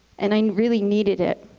and i really needed it.